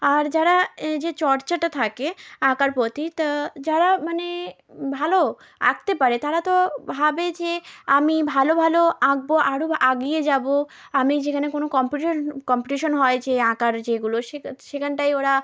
আর যারা যে চর্চাটা থাকে আঁকার প্রতি তা যারা মানে ভালো আঁকতে পারে তারা তো ভাবে যে আমি ভালো ভালো আঁকবো আরো আগিয়ে যাবো আমি যেখানে কোনো কম্পিটিশান হয় যে আঁকার যেগুলো সেখা সেখানটায় ওরা